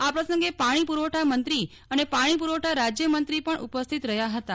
આ પ્રસંગે પાણી પુરવઠામંત્રી અને પાણી પુરવઠા રાજ્યમંત્રી પણ ઉપસ્થિત રહ્યાં હતાં